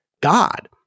God